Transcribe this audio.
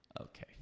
okay